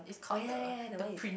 orh ya ya ya the one you take